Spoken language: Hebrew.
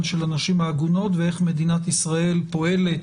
של הנשים העגונות ואיך מדינת ישראל פועלת,